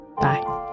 Bye